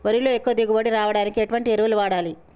వరిలో ఎక్కువ దిగుబడి రావడానికి ఎటువంటి ఎరువులు వాడాలి?